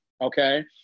okay